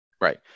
Right